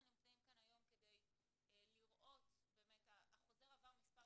אנחנו נמצאים כאן היום כדי לראות החוזר עבר מספר